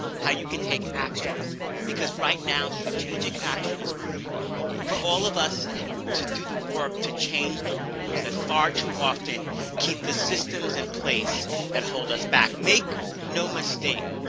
how you can take action, and because right now, strategic action is critical for all of us to do the work to change the rules that far too often keep the systems in place that hold us back. make no mistake,